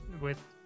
with-